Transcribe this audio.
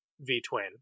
V-twin